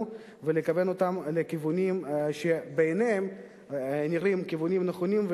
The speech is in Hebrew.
ולכוון אותם לכיוונים שבעיניהם נראים כיוונים נכונים,